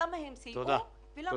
כמה הן סייעו ולמה הוא עדיין במשבר.